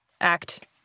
Act